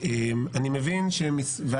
אָוֶן יַחְשֹׁב עַל־מִשְׁכָּבוֹ